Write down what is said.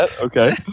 Okay